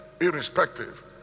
irrespective